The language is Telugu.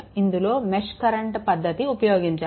ఇందులో మెష్ కరెంట్ పద్దతి ఉపయోగించాలి